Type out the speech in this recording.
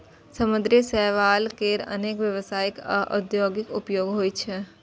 समुद्री शैवाल केर अनेक व्यावसायिक आ औद्योगिक उपयोग होइ छै